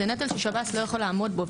זה נטל ששב"ס לא יוכל לעמוד בו.